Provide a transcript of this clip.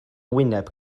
wyneb